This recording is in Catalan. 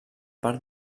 part